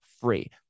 free